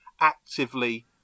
actively